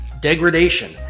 degradation